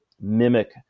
mimic